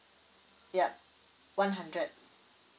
yup one hundred